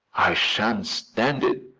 i shan't stand it,